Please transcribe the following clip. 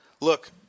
look